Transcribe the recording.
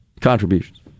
contributions